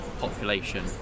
population